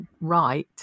right